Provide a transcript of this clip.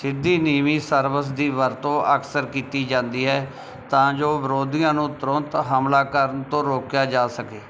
ਸਿੱਧੀ ਨੀਵੀਂ ਸਰਵਸ ਦੀ ਵਰਤੋਂ ਅਕਸਰ ਕੀਤੀ ਜਾਂਦੀ ਹੈ ਤਾਂ ਜੋ ਵਿਰੋਧੀਆਂ ਨੂੰ ਤੁਰੰਤ ਹਮਲਾ ਕਰਨ ਤੋਂ ਰੋਕਿਆ ਜਾ ਸਕੇ